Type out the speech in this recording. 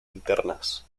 internas